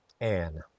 Anne